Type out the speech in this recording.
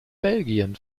belgien